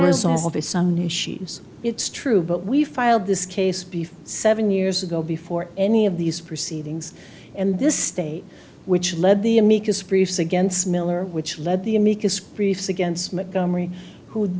resolve is some new issues it's true but we filed this case before seven years ago before any of these proceedings and this state which led the amicus briefs against miller which led the amicus briefs against